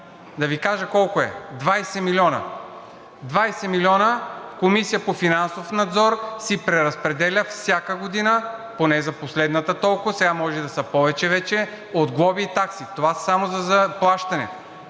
Да Ви кажа колко е – 20 милиона. 20 милиона Комисията по финансов надзор си преразпределя всяка година – поне за последната толкова, сега може да са повече вече, от глоби и такси. Това само за плащане.